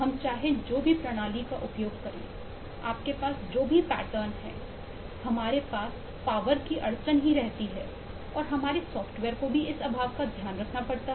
हम चाहे जो भी प्रणाली का उपयोग करें आपके पास जो भी पैटर्न है हमारे पास पावर को भी इस अभाव का ध्यान रखना होता है